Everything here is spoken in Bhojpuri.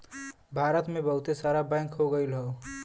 भारत मे बहुते सारा बैंक हो गइल हौ